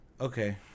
okay